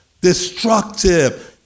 destructive